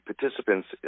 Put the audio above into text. participants